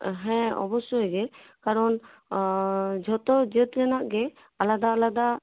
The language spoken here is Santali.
ᱦᱮᱸ ᱚᱵᱚᱥᱥᱳᱭ ᱜᱮ ᱠᱟᱨᱚᱱ ᱡᱷᱚᱛᱚ ᱡᱟᱹᱛ ᱨᱮᱱᱟᱜ ᱜᱮ ᱟᱞᱟᱫᱟ ᱟᱞᱟᱫᱟ